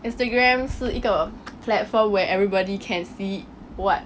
Instagram 是一个 platform where everybody can see [what]